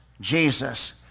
Jesus